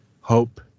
Hope